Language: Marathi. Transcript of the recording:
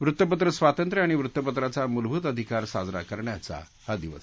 वृत्तपत्र स्वातंत्र्य आणि वृत्तपत्राचा मूलभूत अधिकार साजरा करण्याचा हा दिवस